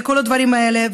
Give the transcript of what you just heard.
לכל הדברים האלה,